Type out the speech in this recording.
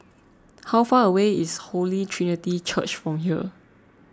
how far away is Holy Trinity Church from here